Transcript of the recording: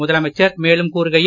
முதலமைச்சர் மேலும் கூறுகையில்